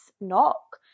knock